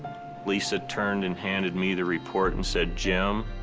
lisa turned and handed me the report and said, jim,